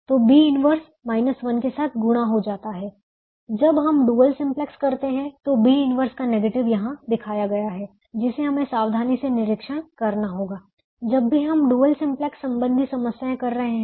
तो B 1 minus 1 के साथ गुणा हो जाता है जब हम डुअल सिम्प्लेक्स करते हैं और B 1 का नेगेटिव यहां दिखाया गया है जिसे हमें सावधानी से निरीक्षण करना होगा जब भी हम डुअल सिम्प्लेक्स संबंधी समस्याएं कर रहे हैं